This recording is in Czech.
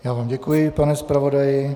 Já vám děkuji, pane zpravodaji.